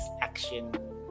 action